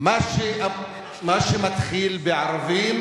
מה שמתחיל בערבים,